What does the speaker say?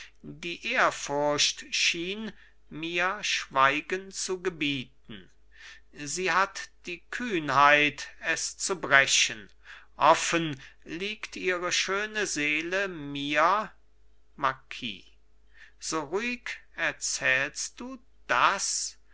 die ehrfurcht schien mir schweigen zu gebieten sie hat die kühnheit es zu brechen offen liegt ihre schöne seele mir marquis so ruhig erzählst du das